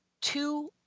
two